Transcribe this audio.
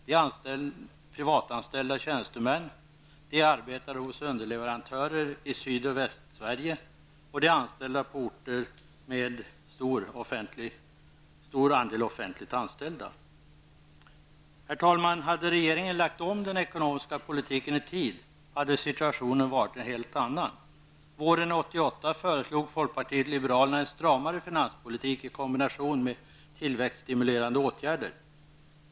Det är privatanställda tjänstemän, arbetare hos underleverantörer i Sydoch Västsverige och det är anställda på orter med stor andel offentligt anställda. Herr talman! Hade regeringen lagt om den ekonomiska politiken i tid, hade situationen varit en helt annan. Våren 1988 föreslog folkpartiet liberalerna en stramare finanspolitik i kombination med tillväxtstimulerande åtgärder.